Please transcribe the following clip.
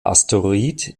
asteroid